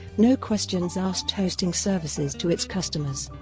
no-questions-asked hosting services to its customers.